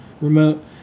remote